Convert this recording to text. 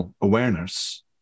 awareness